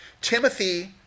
Timothy